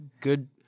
good